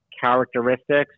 characteristics